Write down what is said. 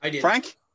Frank